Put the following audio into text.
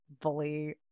Bully